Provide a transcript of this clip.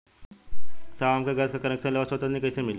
साहब हम गैस का कनेक्सन लेवल सोंचतानी कइसे मिली?